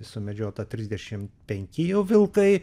sumedžiota trisdešimt penki jau vilkai